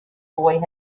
boy